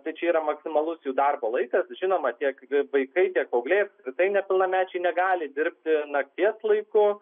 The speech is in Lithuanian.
tai čia yra maksimalus jų darbo laikas žinoma tiek vaikai tiek paaugliai apskritai nepilnamečiai negali dirbti nakties laiku